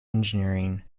engineering